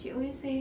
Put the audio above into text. she always say